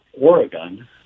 Oregon